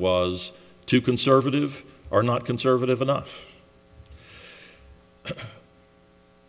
was too conservative are not conservative enough